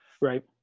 Right